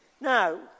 Now